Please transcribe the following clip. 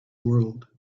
world